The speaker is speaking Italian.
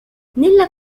nella